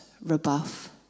rebuff